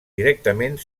directament